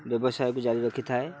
ବ୍ୟବସାୟକୁ ଜାରି ରଖିଥାଏ